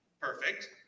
Perfect